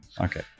Okay